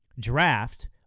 draft